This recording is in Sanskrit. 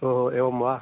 ओहो एवं वा